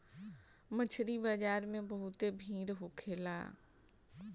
मछरी बाजार में बहुते भीड़ होखेला